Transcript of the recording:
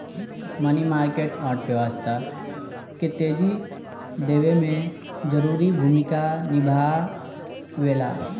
मनी market अर्थव्यवस्था के तेजी देवे में जरूरी भूमिका निभावेला